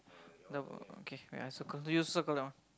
never okay when I circle do you circle that one